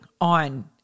on